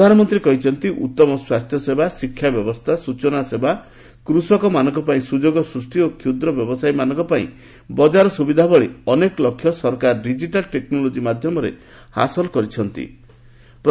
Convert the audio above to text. ପ୍ରଧାନମନ୍ତ୍ରୀ କହିଛନ୍ତି ଉତ୍ତମ ସ୍ନାସ୍ଥ୍ୟସେବା ଶିକ୍ଷାବ୍ୟବସ୍ଥା ସ୍ବଚନା ସେବା କୃଷକମାନଙ୍କ ପାଇଁ ସୁଯୋଗ ସୃଷ୍ଟି ଓ କ୍ଷୁଦ୍ର ବ୍ୟବସାୟୀମାନଙ୍କ ପାଇଁ ବଜାର ସୁବିଧା ଭଳି ଅନେକ ଲକ୍ଷ୍ୟ ସରକାର ଡିଜିଟାଲ୍ ଟେକ୍ନୋଲୋକ୍କି ମାଧ୍ୟମରେ ହାସଲ କରିବାର ଲକ୍ଷ୍ୟ ରଖିଛନ୍ତି